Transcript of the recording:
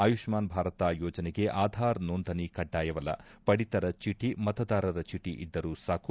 ಆಯುಷ್ಮನ್ ಭಾರತ ಯೋಜನೆಗೆ ಆಧಾರ್ ನೋಂದಣಿ ಕಡ್ಡಾಯವಲ್ಲ ಪಡಿತರ ಚೀಟಿ ಮತದಾರರ ಚೀಟಿ ಇದ್ದರೂ ಸಾಕು